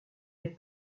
les